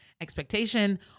expectation